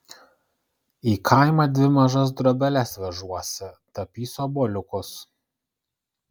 į kaimą dvi mažas drobeles vežuosi tapysiu obuoliukus